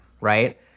right